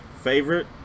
Favorite